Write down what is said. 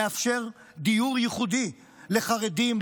מאפשר דיור ייחודי לחרדים,